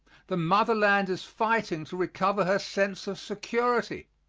the motherland is fighting to recover her sense of security.